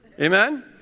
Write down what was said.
Amen